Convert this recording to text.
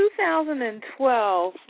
2012